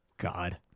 God